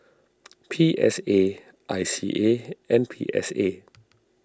P S A I C A and P S A